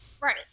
Right